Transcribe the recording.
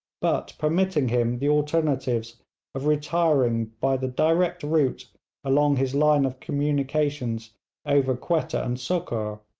but permitting him the alternatives of retiring by the direct route along his line of communications over quetta and sukkur,